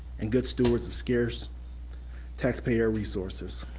and good stewards of scarce taxpayer resources.